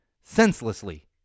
senselessly